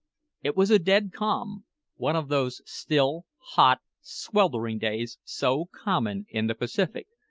it was a dead calm one of those still, hot, sweltering days so common in the pacific,